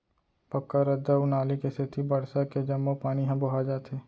पक्का रद्दा अउ नाली के सेती बरसा के जम्मो पानी ह बोहा जाथे